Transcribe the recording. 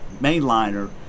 mainliner